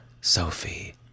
Sophie